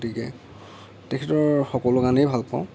গতিকে তেখেতৰ সকলো গানেই ভাল পাওঁ